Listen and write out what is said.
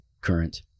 current